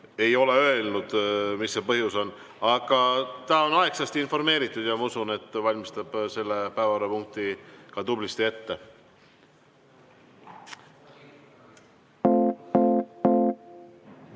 ei ole öelnud, mis see põhjus on, aga teda on aegsasti informeeritud ja ma usun, et ta valmistab selle päevakorrapunkti ka tublisti ette. Härra